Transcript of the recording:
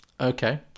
Okay